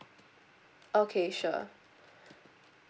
okay sure